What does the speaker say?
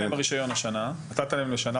מסתיים להם הרישיון שאמרת שאמור להסתיים.